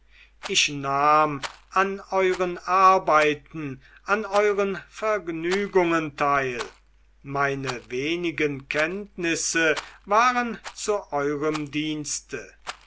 ich nahm an euren arbeiten an euren vergnügungen teil meine wenigen kenntnisse waren zu eurem dienste